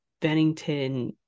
Bennington